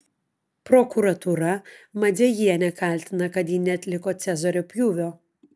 prokuratūra madzajienę kaltina kad ji neatliko cezario pjūvio